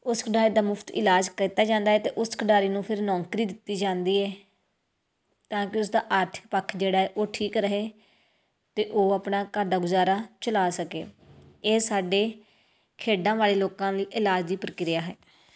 ਉਸ ਖਿਡਾਰੀ ਦਾ ਮੁਫ਼ਤ ਇਲਾਜ ਕੀਤਾ ਜਾਂਦਾ ਹੈ ਅਤੇ ਉਸ ਖਿਡਾਰੀ ਨੂੰ ਫਿਰ ਨੌਕਰੀ ਦਿੱਤੀ ਜਾਂਦੀ ਹੈ ਤਾਂ ਕਿ ਉਸ ਦਾ ਆਰਥਿਕ ਪੱਖ ਜਿਹੜਾ ਹੈ ਉਹ ਠੀਕ ਰਹੇ ਅਤੇ ਉਹ ਆਪਣਾ ਘਰ ਦਾ ਗੁਜ਼ਾਰਾ ਚਲਾ ਸਕੇ ਇਹ ਸਾਡੇ ਖੇਡਾਂ ਵਾਲੇ ਲੋਕਾਂ ਲਈ ਇਲਾਜ ਦੀ ਪ੍ਰਕਿਰਿਆ ਹੈ